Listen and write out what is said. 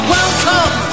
Welcome